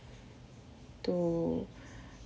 to